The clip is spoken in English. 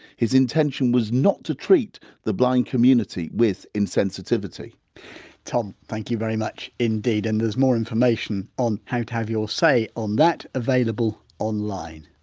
his intention was not to treat the blind community with insensitivity tom, thank you very much indeed. and there's more information on how to have your say on that, available online